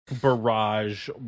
barrage